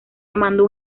armando